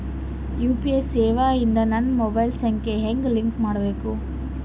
UPI ಸೇವೆ ಇಂದ ನನ್ನ ಮೊಬೈಲ್ ಸಂಖ್ಯೆ ಹೆಂಗ್ ಲಿಂಕ್ ಮಾಡಬೇಕು?